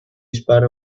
spara